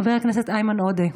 חבר הכנסת איימן עודה,